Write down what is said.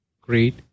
great